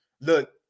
Look